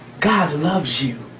god loves you,